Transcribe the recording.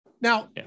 Now